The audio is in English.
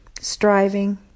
Striving